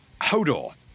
Hodor